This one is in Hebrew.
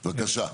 בבקשה.